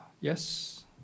Yes